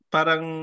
parang